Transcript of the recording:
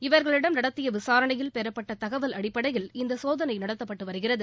இவர்களிடம் நடத்திய விசாரணையில் பெற்றப்பட்ட தகவல் அடிப்படையில் இச்சோதனை நடத்தப்பட்டு வருகிறது